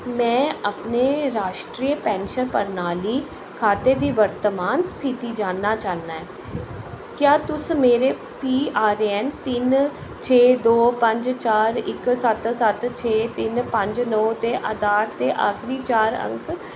में अपने राश्ट्री पैंशन प्रणाली खाते दी वर्तमान स्थिति जानना चाह्न्नां ऐ क्या तुस मेरे पी आर ए एन तिन छे दो पंज चार इक सत्त सत्त छे तिन पंज नौ ते आधार ते आखरी चार अंक